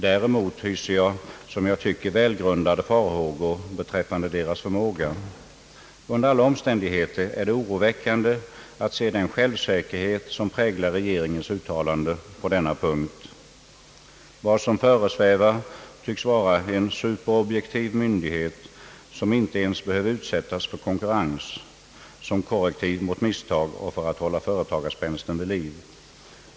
Däremot hyser jag, som jag tycker, välgrundade farhågor beträffande deras förmåga. Under alla omständigheter är det oroväckande att se den självsäkerhet som präglar regeringens uttalande på denna punkt. Vad som föresvävar tycks vara en superobjektiv myndighet som inte ens behöver utsättas för konkurrens — som korrektiv mot misstag och för att hålla företagarspänsten vid liv.